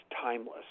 timeless